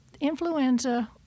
influenza